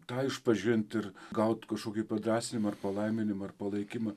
tą išpažint ir gaut kažkokį padrąsinimą ar palaiminimą ar palaikymą